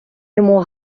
йому